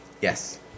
yes